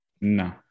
No